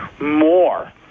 more